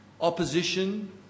opposition